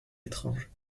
étrange